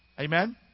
Amen